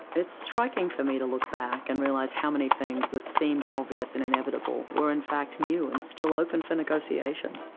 it is striking, for me, to look back and realize how many things that seemed obvious and inevitable, were in fact new and still open for negotiation.